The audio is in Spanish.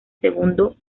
segundo